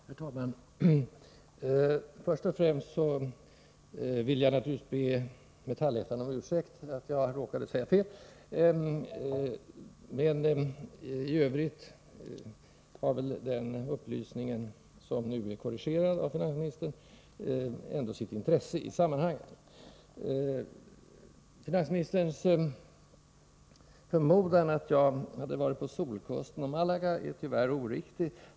Herr talman! Först och främst vill jag naturligtvis be Metallettan om ursäkt för att jag råkade säga fel. Men i övrigt har väl den upplysning som jag lämnade och som nu är korrigerad av finansministern ändå sitt intresse i sammanhanget. Finansministerns förmodan att jag hade varit på Solkusten och i Malaga är tyvärr oriktig.